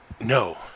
No